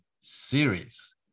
series